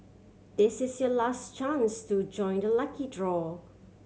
this is your last chance to join the lucky draw